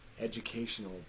educational